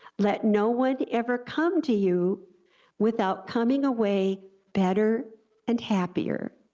let no one ever come to you without coming away better and happier.